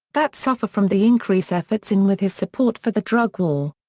that suffer from the increase efforts in with his support for the drug war.